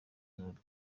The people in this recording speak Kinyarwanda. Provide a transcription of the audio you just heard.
zombi